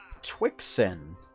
Twixen